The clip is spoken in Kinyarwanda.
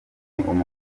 umukozi